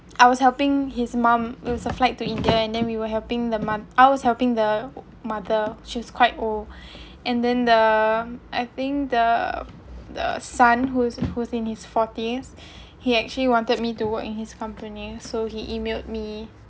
I was helping his mum it was a flight to india and then we were helping the mo~ I was helping the mother she was quite old and then the I think the the son who's who's in his forties he actually wanted me to work in his company so he emailed me